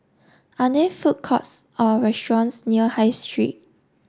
are there food courts or restaurants near high street